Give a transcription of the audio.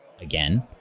again